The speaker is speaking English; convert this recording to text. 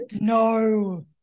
No